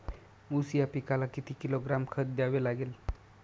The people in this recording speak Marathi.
ऊस या पिकाला किती किलोग्रॅम खत द्यावे लागेल?